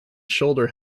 shoulder